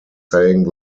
saying